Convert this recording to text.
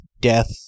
death